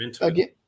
again